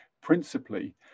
principally